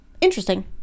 interesting